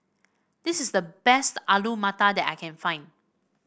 this is the best Alu Matar that I can find